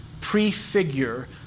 prefigure